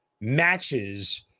matches